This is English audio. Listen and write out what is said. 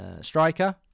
striker